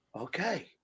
Okay